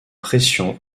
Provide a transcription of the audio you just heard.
pression